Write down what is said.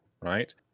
right